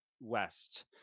west